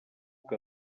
que